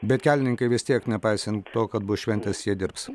bet kelininkai vis tiek nepaisant to kad bus šventės jie dirbs